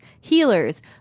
healers